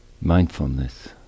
mindfulness